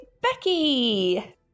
Becky